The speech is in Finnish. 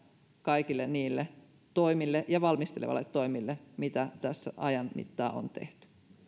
kaikille niille valmisteleville toimille mitä tässä ajan mittaan on tehty